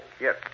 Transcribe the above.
Yes